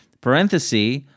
parenthesis